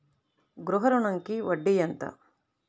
గృహ ఋణంకి వడ్డీ ఎంత?